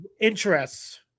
interests